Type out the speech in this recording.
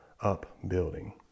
upbuilding